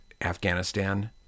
Afghanistan